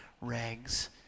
rags